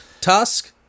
Tusk